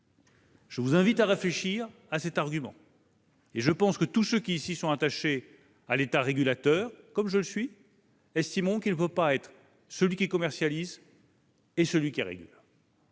Je vous invite à réfléchir à cet argument. Je pense que tous ceux qui, dans cette enceinte, sont attachés à l'État régulateur, comme je le suis, estimeront qu'il ne peut pas être celui qui commercialise et celui qui régule.